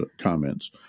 comments